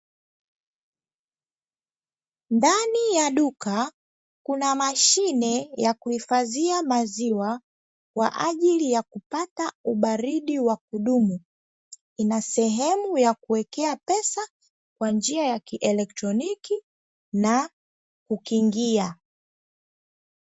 Ndani ya duka kuna mashine ya kuhifadhia maziwa kwa ajili ya kupata ubaridi wa kudumu. Ina sehemu ya kuwekea pesa kwa njia ya kielektroniki, na kukingia.